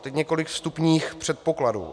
Teď několik vstupních předpokladů.